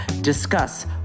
discuss